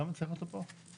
למה צריך אותו פה?